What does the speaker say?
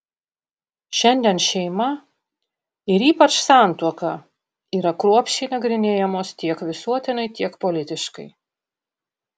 šiandien šeima ir ypač santuoka yra kruopščiai nagrinėjamos tiek visuotinai tiek politiškai